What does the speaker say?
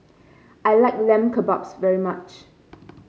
I like Lamb Kebabs very much